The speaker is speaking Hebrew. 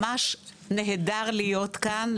ממש נהדר להיות כאן,